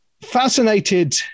fascinated